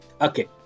Okay